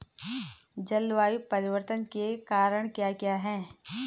जलवायु परिवर्तन के कारण क्या क्या हैं?